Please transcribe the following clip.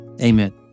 Amen